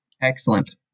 Excellent